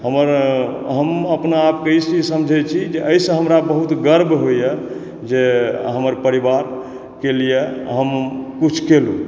हमर हम अपना आपके ई समझै छी जे अइसँ हमरा बहुत गर्व होइए जे हमर परिवारके लिए हम कुछ केलूँ